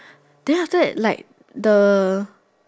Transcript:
then after that like the